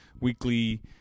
weekly